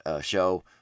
show